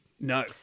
No